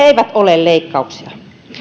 eivät ole leikkauksia